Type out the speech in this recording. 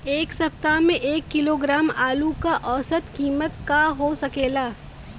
एह सप्ताह एक किलोग्राम आलू क औसत कीमत का हो सकेला?